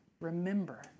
Remember